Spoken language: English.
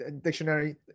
dictionary